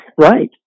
Right